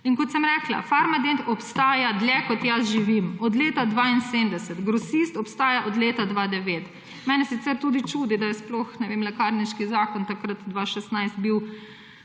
Kot sem rekla, Farmadent obstaja dlje, kot jaz živim, od leta 1972, Grosist obstaja od leta 2009. Mene sicer tudi čudi, da je sploh, ne vem, lekarniški zakon takrat, 2016, bil